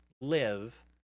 live